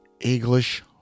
English